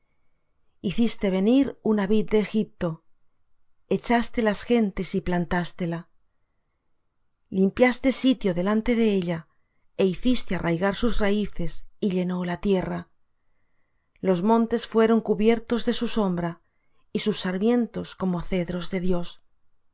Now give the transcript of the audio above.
hiciste venir una vid de egipto echaste las gentes y plantástela limpiaste sitio delante de ella e hiciste arraigar sus raíces y llenó la tierra los montes fueron cubiertos de su sombra y sus sarmientos como cedros de dios